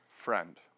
friend